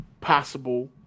possible